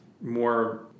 more